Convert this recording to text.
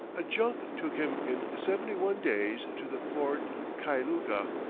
a junk took him in seventy-one days to the port kailuka,